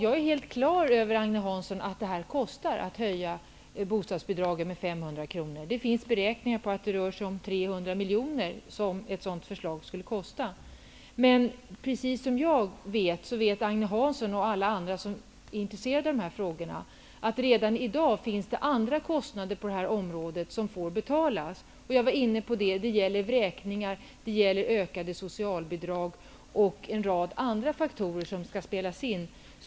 Herr talman! Jag är helt på det klara med att det kostar att höja bostadsbidragen med 500 kr. Det finns beräkningar på att det rör sig om 300 miljoner. Men precis som jag så vet Agne Hansson och alla andra som är intresserade av dessa frågor att det redan i dag finns andra kostnader på det här området som får betalas. Jag var inne på det tidigare. Det gäller vräkningar, ökade socialbidrag och en rad andra faktorer som spelar in.